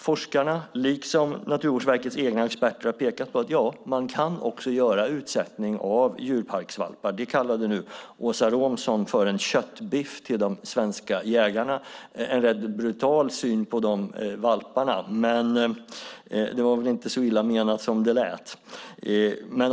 Forskarna, liksom Naturvårdsverkets egna experter, har pekat på att man också kan göra utsättningar av djurparksvalpar. Det kallade nu Åsa Romson för en köttbiff till de svenska jägarna. Det är en rätt brutal syn på de valparna, men det var väl inte så illa menat som det lät.